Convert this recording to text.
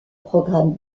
programme